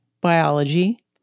biology